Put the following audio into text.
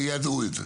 תיידעו את זה.